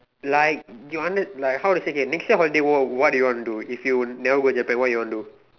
like you under~ like how to say K next year holiday what do you want to do if you never go Japan what you want do